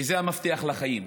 כי זה המפתח לחיים.